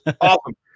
Awesome